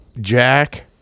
Jack